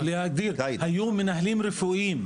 היו מנהלים רפואיים,